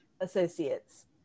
associates